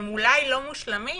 הם אולי לא מושלמים.